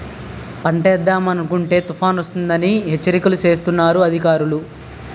పంటేద్దామనుకుంటే తుపానొస్తదని హెచ్చరికలు సేస్తన్నారు అధికారులు